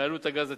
מעלות הגז הטבעי.